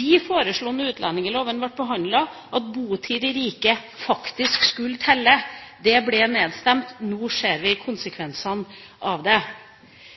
Vi foreslo da utlendingsloven ble behandlet, at botid i riket faktisk skulle telle. Det ble nedstemt – nå ser vi konsekvensene av det.